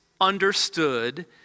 understood